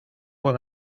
buen